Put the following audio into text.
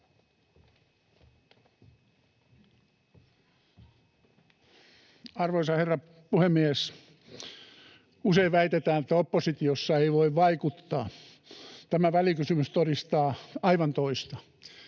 Arvoisa herra puhemies! Usein väitetään, että oppositiossa ei voi vaikuttaa. Tämä välikysymys todistaa aivan toista.